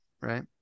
Right